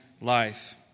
life